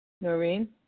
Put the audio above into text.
Noreen